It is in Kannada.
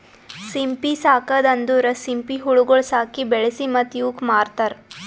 ಸಿಂಪಿ ಸಾಕದ್ ಅಂದುರ್ ಸಿಂಪಿ ಹುಳಗೊಳ್ ಸಾಕಿ, ಬೆಳಿಸಿ ಮತ್ತ ಇವುಕ್ ಮಾರ್ತಾರ್